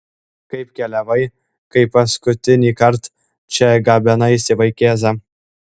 kaip keliavai kai paskutinįkart čia gabenaisi vaikėzą